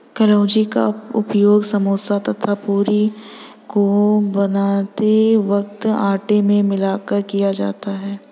कलौंजी का उपयोग समोसा तथा पूरी को बनाते वक्त आटे में मिलाकर किया जाता है